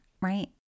right